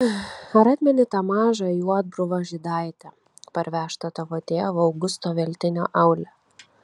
ar atmeni tą mažą juodbruvą žydaitę parvežtą tavo tėvo augusto veltinio aule